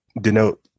denote